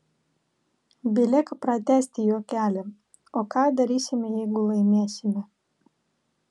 belieka pratęsti juokelį o ką darysime jeigu laimėsime